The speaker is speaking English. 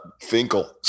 Finkel